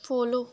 follow